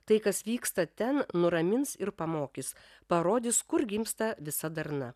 tai kas vyksta ten nuramins ir pamokys parodys kur gimsta visa darna